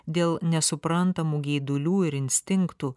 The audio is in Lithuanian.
dėl nesuprantamų geidulių ir instinktų